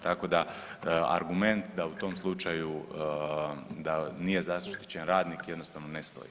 Tako da, argument da u tom slučaju, da nije zaštićen radnik jednostavno ne stoji.